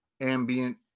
ambient